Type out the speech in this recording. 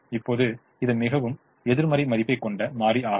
இப்போது இது மிகவும் எதிர்மறை மதிப்பைக் கொண்ட மாறி ஆகும்